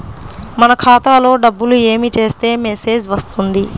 మన ఖాతాలో డబ్బులు ఏమి చేస్తే మెసేజ్ వస్తుంది?